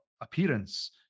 appearance